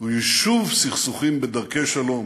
היא יישוב סכסוכים בדרכי שלום,